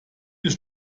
des